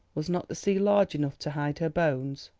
was not the sea large enough to hide her bones?